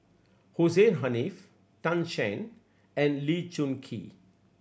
Hussein Haniff Tan Shen and Lee Choon Kee